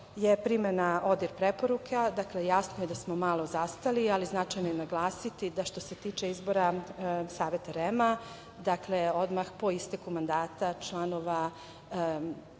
je primena ODIHR preporuka, dakle, jasno je da smo malo zastali ali značajno je naglasiti da što se tiče izbora saveta REM, dakle odmah po isteku mandata članova